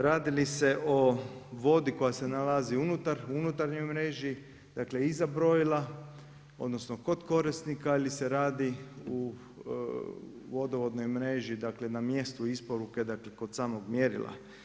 Radi li se o vodi koja se nalazi u unutarnjoj mreži, dakle iza brojila odnosno kod korisnika ili se radi u vodovodnoj mreži, dakle na mjestu isporuke kod samog mjerila.